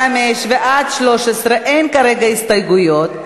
5 ועד 13 אין כרגע הסתייגויות,